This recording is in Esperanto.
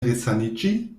resaniĝi